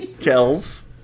Kells